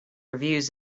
reviews